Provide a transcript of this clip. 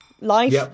life